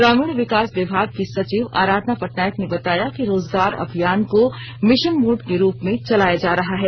ग्रामीण विकास विभाग की सचिव आराधना पटनायक ने बताया कि रोजगार अभियान को मिशन मोड के रुप में चलाया जा रहा है